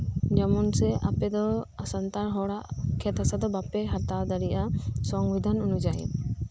ᱡᱮᱢᱚᱱ ᱥᱮ ᱟᱯᱮ ᱫᱚ ᱥᱟᱱᱛᱟᱲ ᱦᱚᱲᱟᱜ ᱠᱷᱮᱛ ᱦᱟᱥᱟ ᱫᱚ ᱵᱟᱯᱮ ᱦᱟᱛᱟᱣ ᱫᱟᱲᱮᱭᱟᱜᱼᱟ ᱥᱚᱝᱵᱤᱫᱷᱟᱱ ᱚᱱᱩᱡᱟᱭᱤ